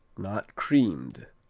not creamed.